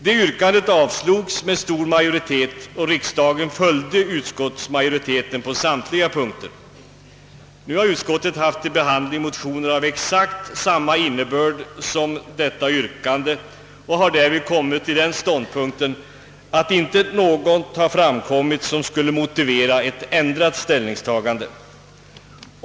Detta yrkande avslogs med stor majoritet, och riksdagen följde utskottsmajoriteten på samtliga punkter. Nu har utskottet haft till behandling motioner av exakt samma innebörd som detta yrkande, och utskottet har därvid kommit till den ståndpunkten att inte något har framkommit som skulle motivera ett ändrat ställningstagande.